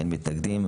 אין מתנגדים.